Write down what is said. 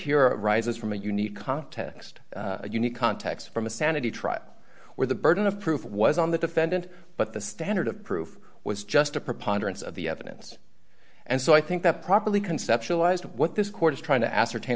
a rises from a unique context unique contex from a sanity tripe where the burden of proof was on the defendant but the standard of proof was just a preponderance of the evidence and so i think that properly conceptualized what this chord is trying to ascertain